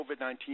COVID-19